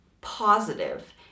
positive